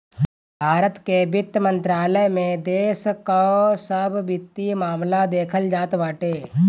भारत के वित्त मंत्रालय में देश कअ सब वित्तीय मामला देखल जात बाटे